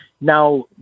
now